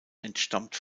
entstammt